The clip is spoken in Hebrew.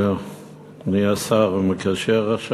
אדוני השר המקשר,